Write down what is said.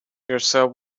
yourself